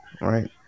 right